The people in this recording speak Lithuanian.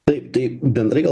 taip tai bendrai gal